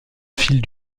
file